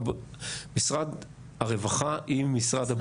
משרד הרווחה עם משרד הבריאות.